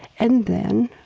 and then,